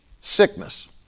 sickness